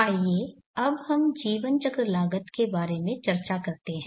आइए अब हम जीवन चक्र लागत के बारे में चर्चा करते हैं